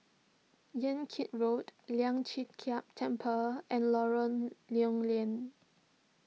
Yan Kit Road Lian Chee Kek Temple and Lorong Lew Lian